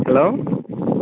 hello